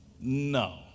No